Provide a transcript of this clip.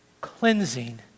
cleansing